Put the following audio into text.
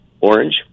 orange